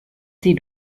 sie